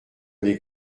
les